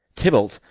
tybalt,